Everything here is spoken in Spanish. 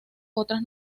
otras